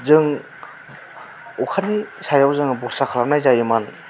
जों अखानि सायाव जों बरसा खालामनाय जायोमोन